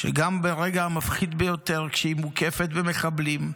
שגם ברגע המפחיד ביותר, כשהיא מוקפת במחבלים,